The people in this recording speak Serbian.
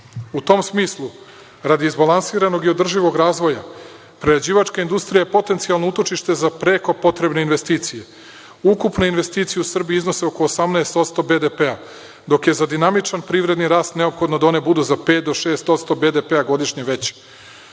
tom smislu, radi izbalansiranog i održivog razvoja, prerađivačka industrija je potencijalno utočište za preko potrebne investicije. Ukupno investicije u Srbiji iznose oko 18% BDP-a, dok je za dinamičan privredni rast neophodno da one budu za 5% do 6% BDP-a godišnje